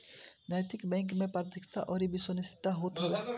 नैतिक बैंक में पारदर्शिता अउरी विश्वसनीयता होत हवे